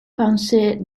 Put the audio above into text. pincée